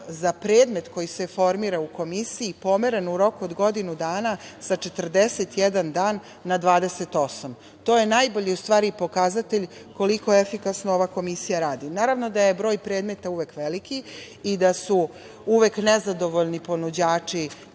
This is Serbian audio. za predmet koji se formira u Komisiji pomeren u roku od godinu dana sa 41 dan na 28. To je u stvari najbolji pokazatelj koliko efikasno ova Komisija radi. Naravno, da je broj predmeta uvek veliki i da su uvek nezadovoljni ponuđači